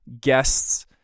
guests